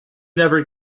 never